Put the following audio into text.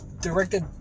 directed